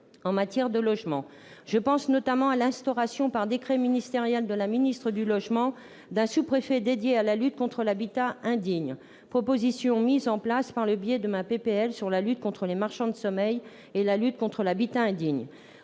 en matière de logement. Je pense notamment à l'instauration, par un décret ministériel de la ministre du logement, d'un sous-préfet dédié à la lutte contre l'habitat indigne, disposition mise en place par le biais de ma proposition de loi sur la lutte contre les marchands de sommeil et la lutte contre l'habitat indigne.